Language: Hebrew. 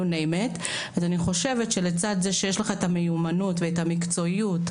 אז אני חושבת שלצד זה שיש לך את המיומנות והמקצועיות,